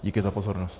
Díky za pozornost.